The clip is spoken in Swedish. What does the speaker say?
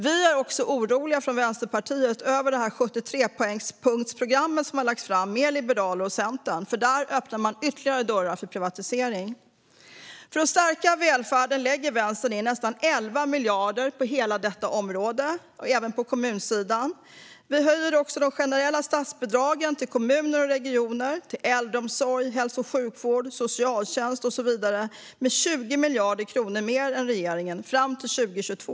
Vi i Vänsterpartiet är också oroliga över det 73-punktsprogram som har lagts fram tillsammans med Liberalerna och Centern. Där öppnar man ytterligare dörrar för privatisering. För att stärka välfärden lägger vi in nästan 11 miljarder på hela detta område och på kommunsidan. Vi höjer också de generella statsbidragen till kommuner och regioner som ska gå till äldreomsorg, hälso och sjukvård, socialtjänst och så vidare. Där lägger vi 20 miljarder mer än regeringen fram till 2022.